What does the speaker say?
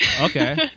Okay